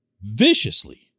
viciously